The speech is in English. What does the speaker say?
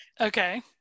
okay